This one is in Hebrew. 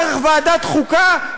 דרך ועדת חוקה,